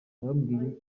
bambwiye